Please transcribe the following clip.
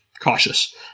cautious